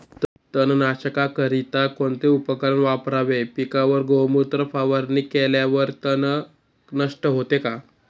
तणनाशकाकरिता कोणते उपकरण वापरावे? पिकावर गोमूत्र फवारणी केल्यावर तण नष्ट होते का?